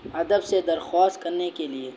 ادب سے درخواست کرنے کے لیے